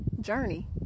journey